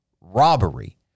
robbery